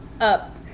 Up